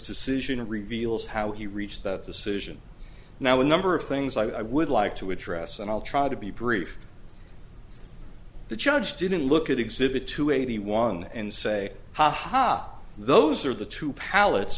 decision reveals how he reached that the solution now a number of things i would like to address and i'll try to be brief the judge didn't look at exhibit two eighty one and say ha ha those are the two p